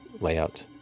layout